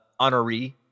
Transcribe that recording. honoree